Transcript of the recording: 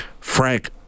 Frank